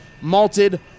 malted